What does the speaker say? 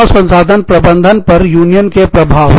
मानव संसाधन प्रबंधन पर यूनियन के प्रभाव